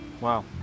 wow